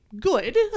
Good